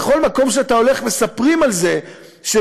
לכל מקום שאתה הולך מספרים על זה שבמדינת